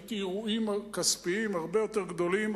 ראיתי אירועים כספיים הרבה יותר גדולים,